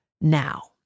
now